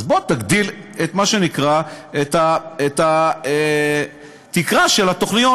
אז בוא תגדיל את, מה שנקרא, התקרה של התוכניות.